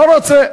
לא רוצה.